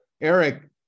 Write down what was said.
Eric